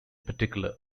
particular